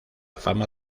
fama